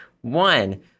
One